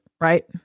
right